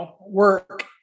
work